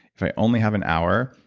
if i only have an hour,